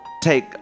take